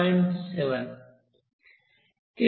7 కిలోజౌల్స్సెకను